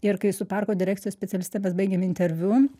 ir kai su parko direkcijos specialiste mes baigėme interviu